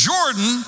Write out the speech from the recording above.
Jordan